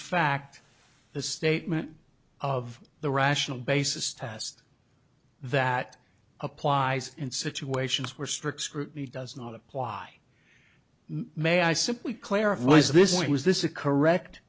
fact the statement of the rational basis test that applies in situations where strict scrutiny does not apply may i simply clarify is this it was this a correct